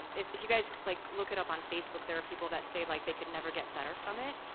and if if you guys like look it up on facebook, there are people that say like they can never get better from it,